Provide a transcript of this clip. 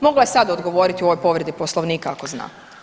Mogla je sad odgovoriti u ovoj povredi Poslovnika ako zna.